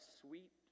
sweet